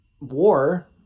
war